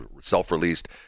self-released